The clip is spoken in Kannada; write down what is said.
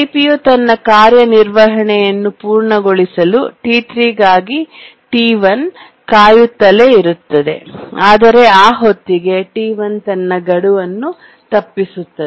ಸಿಪಿಯು ತನ್ನ ಕಾರ್ಯನಿರ್ವಹಣೆಯನ್ನು ಪೂರ್ಣಗೊಳಿಸಲು T3 ಗಾಗಿ T1 ಕಾಯುತ್ತಲೇ ಇರುತ್ತದೆ ಆದರೆ ಆ ಹೊತ್ತಿಗೆ T1 ತನ್ನ ಗಡುವನ್ನು ತಪ್ಪಿಸುತ್ತದೆ